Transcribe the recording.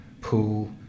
pool